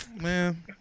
man